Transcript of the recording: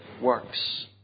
works